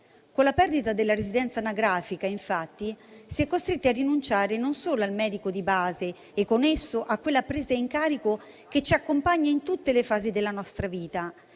Con la perdita della residenza anagrafica, infatti, si è costretti a rinunciare non solo al medico di base (e con esso a quella presa in carico che ci accompagna in tutte le fasi della nostra vita),